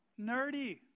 nerdy